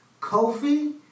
Kofi